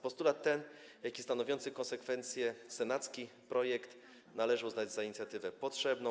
Postulat ten, jak i stanowiący jego konsekwencję senacki projekt należy uznać za inicjatywę potrzebną.